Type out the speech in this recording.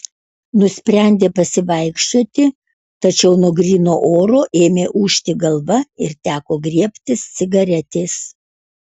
nusprendė pasivaikščioti tačiau nuo gryno oro ėmė ūžti galva ir teko griebtis cigaretės